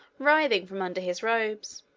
writhing from under his robes.